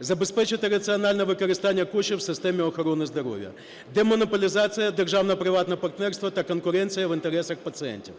забезпечити раціональне використання коштів в системи охорони здоров'я. Демонополізація, державне приватне партнерство та конкуренція в інтересах пацієнтів.